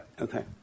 Okay